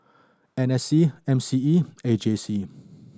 N S C M C E and A J C